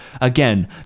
Again